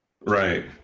Right